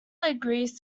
agrees